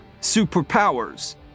Superpowers